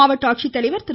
மாவட்ட ஆட்சித்தலைவர் திரு